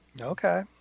Okay